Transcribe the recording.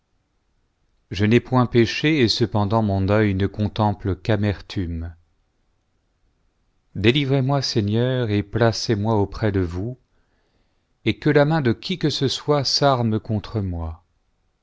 je n'ai point péché et cependant mon œil ne contemple qu délivrez-moi seigneur et placezmoi auprès de vous et que la main de i qui que ce soit s'arme contre moi